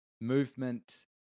movement